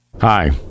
Hi